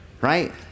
right